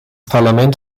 parlament